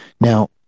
now